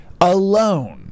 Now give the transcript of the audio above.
alone